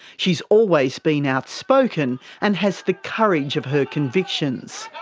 she's always been outspoken and has the courage of her convictions.